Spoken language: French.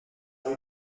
rue